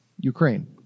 ukraine